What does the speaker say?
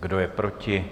Kdo je proti?